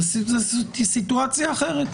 זאת סיטואציה אחרת.